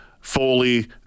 Foley